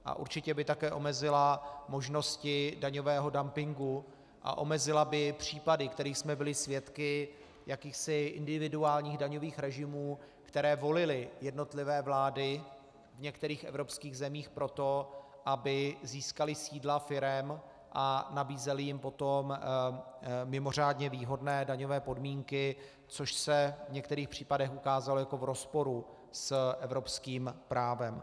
A určitě by také omezila možnosti daňového dumpingu a omezila by případy, kterých jsme byli svědky, jakýchsi individuálních daňových režimů, které volily jednotlivé vlády v některých evropských zemích proto, aby získaly sídla firem, a nabízely jim potom mimořádně výhodné daňové podmínky, což se v některých případech ukázalo jako v rozporu s evropským právem.